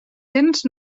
cents